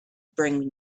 bring